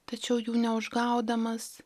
tačiau jų neužgaudamas